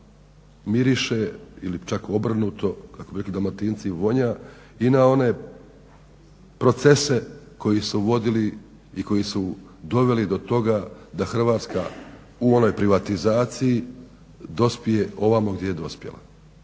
miriše ili čak obrnuto, kako bi rekli Dalmatinci vonja, i na one procese koji su vodili i koji su doveli do toga da Hrvatska u onoj privatizaciji dospije ovamo gdje je dospjela.